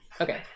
Okay